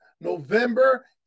November